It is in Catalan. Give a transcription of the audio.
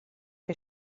que